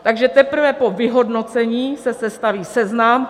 Takže teprve po vyhodnocení se sestaví seznam.